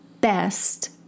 best